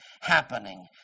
happening